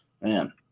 man